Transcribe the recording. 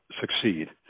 succeed